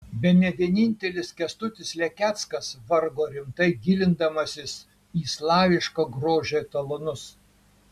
bene vienintelis kęstutis lekeckas vargo rimtai gilindamasis į slaviško grožio etalonus